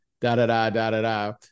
Da-da-da-da-da-da